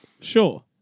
Sure